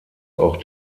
auch